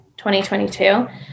2022